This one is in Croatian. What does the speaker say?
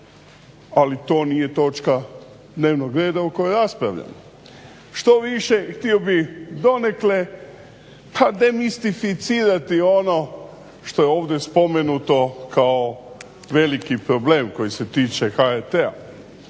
ali to nije točka dnevnog reda o kojoj raspravljamo. Štoviše htio bih donekle pa demistificirati ono što je ovdje spomenuto kao veliki problem koji se tiče HRT-a.